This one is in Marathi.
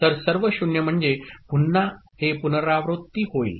तर सर्व 0 म्हणजे पुन्हा हे पुनरावृत्ती होईल